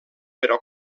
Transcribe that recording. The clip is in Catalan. però